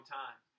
time